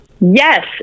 Yes